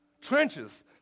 Trenches